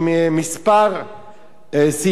אני רוצה להקריא את זה ממש מתוך הצעת החוק: